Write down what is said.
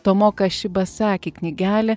tomo kašibasaki knygelė